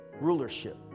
rulership